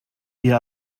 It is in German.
hier